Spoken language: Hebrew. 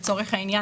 לצורך העניין,